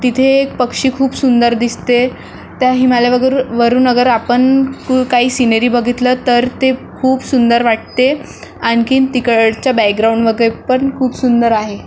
तिथे एक पक्षी खूप सुंदर दिसते त्या हिमालय वगरू वरून अगर आपण कू काही सिनेरी बघितलं तर ते खूप सुंदर वाटते आणखीन तिकडच्या बॅकग्राऊंड वगैरे पण खूप सुंदर आहे